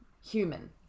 human